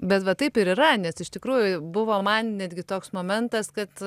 bet va taip ir yra nes iš tikrųjų buvo man netgi toks momentas kad